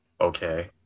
okay